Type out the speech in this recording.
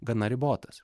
gana ribotas